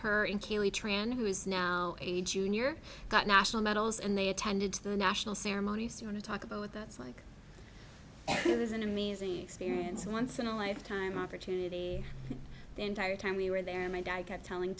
tran who is now a junior got national medals and they attended to the national ceremony soon to talk about what that's like it was an amazing experience a once in a lifetime opportunity the entire time we were there my dad kept telling